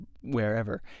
wherever